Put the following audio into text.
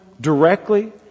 directly